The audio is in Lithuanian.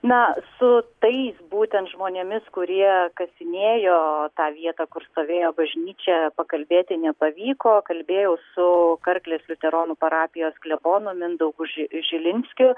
na su tais būtent žmonėmis kurie kasinėjo tą vietą kur stovėjo bažnyčia pakalbėti nepavyko kalbėjau su karklės liuteronų parapijos klebonu mindaugu žilinskiu